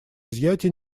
изъятия